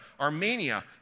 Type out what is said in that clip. Armenia